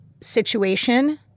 situation